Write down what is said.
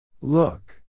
Look